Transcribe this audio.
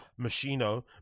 Machino